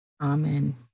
Amen